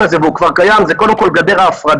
הזה והוא כבר קיים זה קודם כול גדר ההפרדה.